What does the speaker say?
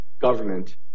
government